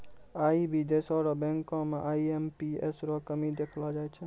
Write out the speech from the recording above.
आई भी देशो र बैंको म आई.एम.पी.एस रो कमी देखलो जाय छै